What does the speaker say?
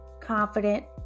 confident